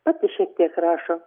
pati šiek tiek rašo